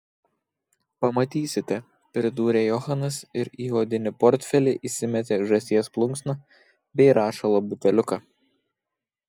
pamatysite pridūrė johanas ir į odinį portfelį įsimetė žąsies plunksną bei rašalo buteliuką